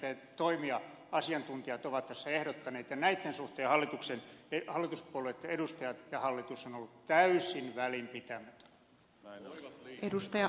merkittävämpiä toimia asiantuntijat ovat ehdottaneet ja näitten suhteen hallituspuolueitten edustajat ja hallitus ovat olleet täysin välinpitämättömiä